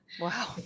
Wow